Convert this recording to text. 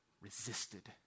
resisted